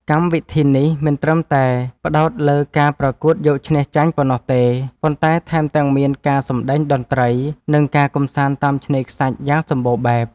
កម្មវិធីនេះមិនត្រឹមតែផ្ដោតលើការប្រកួតយកឈ្នះចាញ់ប៉ុណ្ណោះទេ ប៉ុន្តែថែមទាំងមានការសម្ដែងតន្ត្រី និងការកម្សាន្តតាមឆ្នេរខ្សាច់យ៉ាងសម្បូរបែប។